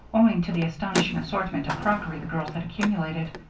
owing to the astonishing assortment of crockery the girls had accumulated.